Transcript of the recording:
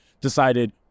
decided